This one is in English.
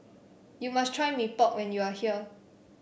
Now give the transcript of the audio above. you must try Mee Pok when you are here